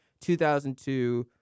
2002-